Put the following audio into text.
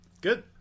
good